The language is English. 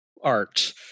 art